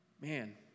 Man